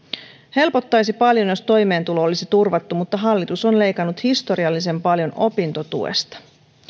helpottaisi paljon jos toimeentulo olisi turvattu mutta hallitus on leikannut historiallisen paljon opintotuesta